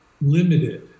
limited